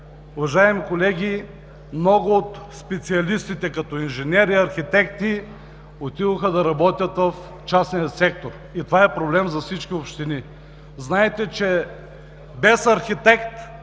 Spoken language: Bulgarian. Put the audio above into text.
Уважаеми колеги, много от специалистите като инженери, архитекти отидоха да работят в частния сектор и това е проблем за всички общини. Знаете, че без архитект